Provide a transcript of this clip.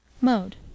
Mode